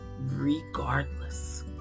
regardless